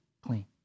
clean